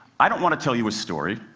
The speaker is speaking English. i don't want to tell you a story.